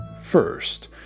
First